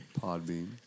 Podbean